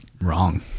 wrong